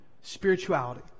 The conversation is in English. spirituality